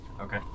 Okay